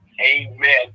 Amen